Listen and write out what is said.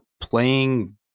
playing